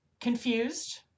confused